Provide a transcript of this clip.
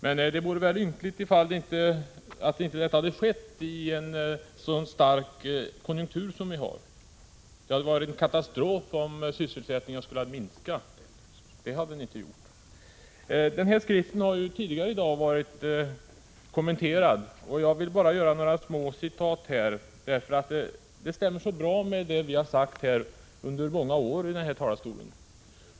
Men det vore väl ynkligt om inte detta hade skett i en så stark konjunktur som vi har. Det hade varit en katastrof om sysselsättningen skulle ha minskat. Det har den inte gjort. Skriften Arbetsmarknadspolitikens roll, inriktning och omfattning har ju tidigare i dag kommenterats, och jag vill bara anföra några små citat. De stämmer så bra med vad vi har sagt under många år här från talarstolen.